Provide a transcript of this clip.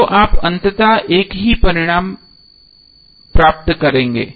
तो आप अंततः एक ही परिणाम प्राप्त करेंगे